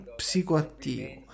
psicoattivo